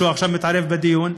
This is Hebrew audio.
שעכשיו מתערב בדיון,